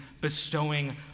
bestowing